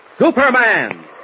Superman